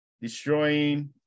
destroying